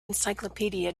encyclopedia